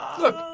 Look